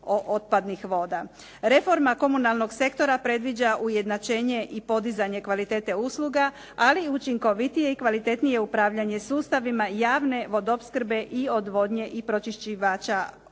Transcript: otpadnih voda. Reforma komunalnog sektora predviđa ujednačenje i podizanje kvalitete usluga, ali učinkovitije i kvalitetnije upravljanje sustavima javne vodoopskrbe i odvodnje i pročišćivaća